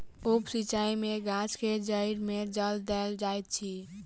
उप सिचाई में गाछ के जइड़ में जल देल जाइत अछि